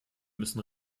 müssen